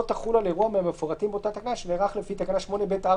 תחול על אירוע מהמפורטים באותה תקנה שנערך לפי תקנה 8(ב)(4)